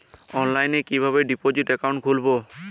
অনলাইনে কিভাবে deposit account খুলবো?